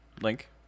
link